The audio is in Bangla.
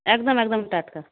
একদম একদম টাটকা